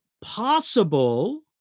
possible